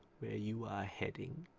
where you are heading?